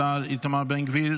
השר איתמר בן גביר,